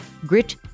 Grit